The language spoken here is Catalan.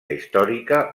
històrica